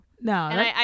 No